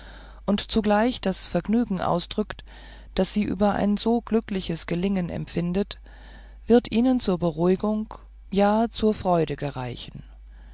und zugleich das vergnügen ausdrückt das sie über ein so glückliches gelingen empfindet wird ihnen zur beruhigung ja zur freude gereichen